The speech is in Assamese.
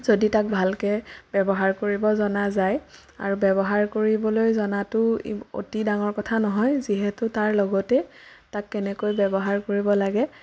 যদি তাক ভালকৈ ব্যৱহাৰ কৰিব জনা যায় আৰু ব্যৱহাৰ কৰিবলৈ জনাটো অতি ডাঙৰ কথা নহয় যিহেতু তাৰ লগতে তাক কেনেকৈ ব্যৱহাৰ কৰিব লাগে